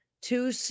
two